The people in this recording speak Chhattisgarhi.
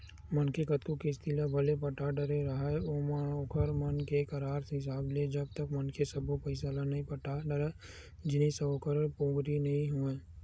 मनखे कतको किस्ती ल भले पटा डरे राहय ओखर मन के करार हिसाब ले जब तक मनखे सब्बो पइसा ल नइ पटा डरय जिनिस ह ओखर पोगरी नइ होवय